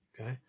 Okay